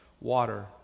water